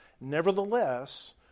Nevertheless